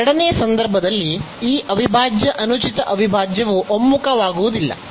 ಎರಡನೆಯ ಸಂದರ್ಭದಲ್ಲಿ ಈ ಅವಿಭಾಜ್ಯ ಅನುಚಿತ ಅವಿಭಾಜ್ಯವು ಒಮ್ಮುಖವಾಗುವುದಿಲ್ಲ